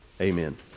Amen